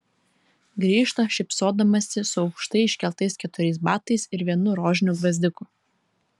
grįžta šypsodamasi su aukštai iškeltais keturiais baltais ir vienu rožiniu gvazdiku